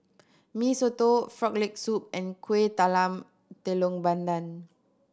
Mee Soto Frog Leg Soup and Kuih Talam Tepong Pandan